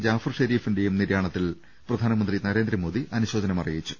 ജാഫർ ഷെരീഫിന്റെയും നിര്യാണത്തിൽ പ്രധാനമന്ത്രി നരേന്ദ്രമോദി അനുശോചനം അറിയിച്ചു